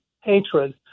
hatred